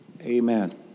Amen